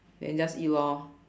then just eat lor